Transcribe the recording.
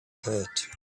hurt